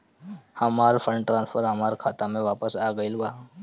हमर fund transfer हमर खाता में वापस आ गईल बा